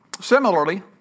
Similarly